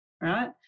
right